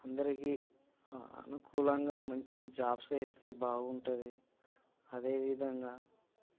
అందరికీ అనుకూలంగా మంచి జాబ్స్ వేస్తే బాగుంటుంది అదే విధంగా